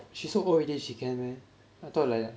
she's so old already she can meh I thought like